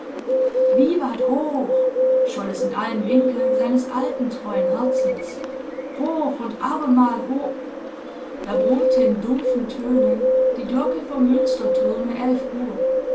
vivat hoch scholl es in allen winkeln seines alten treuen herzens hoch und abermal h da brummte in dumpfen tönen die glocke vom münsterturme elf uhr